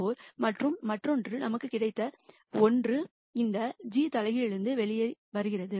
4 மற்றும் மற்றொன்று நமக்கு கிடைத்த ஒன்று இந்த g இன்வெர்ஸ் வெளியே வருகிறது